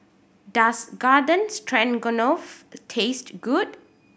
Does Garden Stroganoff taste good